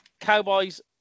Cowboys